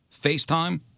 FaceTime